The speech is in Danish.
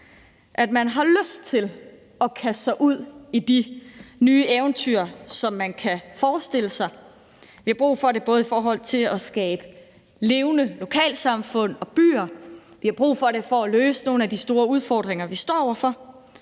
at man har lyst til at kaste sig ud i de nye eventyr, som man kan forestille sig. Vi har brug for det både for at skabe levende lokalsamfund og byer og for at løse nogle af de store udfordringer, vi står over for,